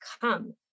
come